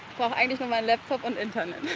ah and so my laptop and internet.